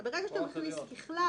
כי ברגע שאתה מכניס "ככלל"